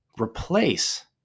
replace